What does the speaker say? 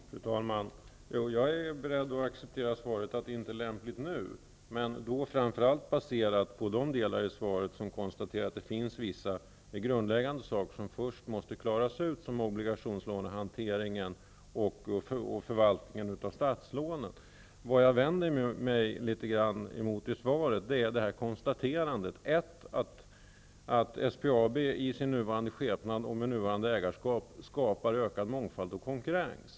Fru talman! Jag är beredd att acceptera svaret att det inte är lämpligt nu. Det är då baserat framför allt på de delar i svaret som konstaterar att det finns vissa grundläggande saker som först måste klaras ut, t.ex. obligationslån och hantering och förvaltning av statslånen. Vad jag vänder mig emot litet grand i svaret är konstaterandet att SPAB i sin nuvarande skepnad och med nuvarande ägarskap skapar ökad mångfald och konkurrens.